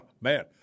man